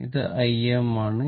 ഇത് Im ആണ്